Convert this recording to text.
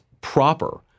proper